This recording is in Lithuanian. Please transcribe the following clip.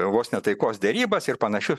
vos ne taikos derybas ir panašiu